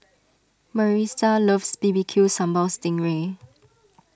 Marisa loves B B Q Sambal Sting Ray